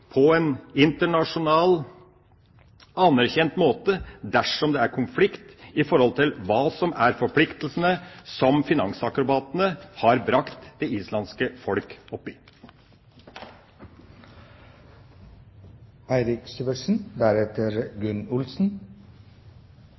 på en internasjonal anerkjent måte dersom det er konflikt i forhold til hva som er forpliktelsene som finansakrobatene har brakt det islandske folk opp i.